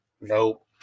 Nope